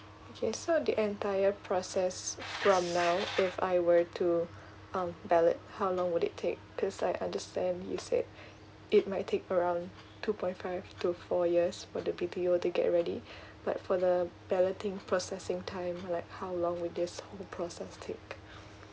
okay so the entire process from now if I were to um ballot how long would it take because I understand you said it might take around two point five to four years for the B_T_O to get ready but for the balloting processing time like how long will this whole process take